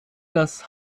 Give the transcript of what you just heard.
das